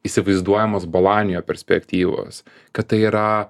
įsivaizduojamos balanijo perspektyvos kad tai yra